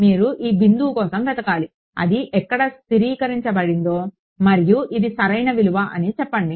మీరు ఈ బిందువు కోసం వెతకాలి అది ఎక్కడ స్థిరీకరించబడిందో మరియు ఇది సరైన విలువ అని చెప్పండి